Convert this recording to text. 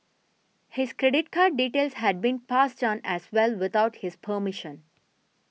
his credit card details had been passed on as well without his permission